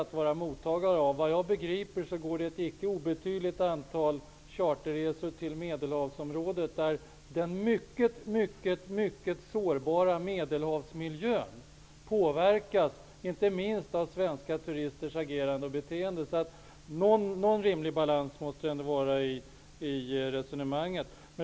Såvitt jag vet går ett icke obetydligt antal charterresor till Medelhavsmiljön påverkas inte minst av svenska turisters agerande och beteende. Det måste ändå finnas någon rimlig balans i resonemanget.